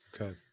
okay